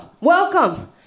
Welcome